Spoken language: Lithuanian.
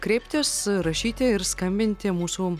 kreiptis rašyti ir skambinti mūsų